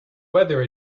weather